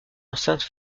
enceinte